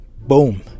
boom